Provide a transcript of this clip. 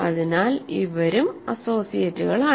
അതിനാൽ ഇവരും അസോസിയേറ്റുകളാണ്